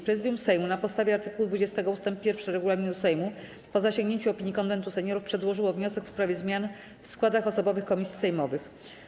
Prezydium Sejmu na podstawie art. 20 ust. 1 regulaminu Sejmu, po zasięgnięciu opinii Konwentu Seniorów, przedłożyło wniosek w sprawie zmian w składach osobowych komisji sejmowych.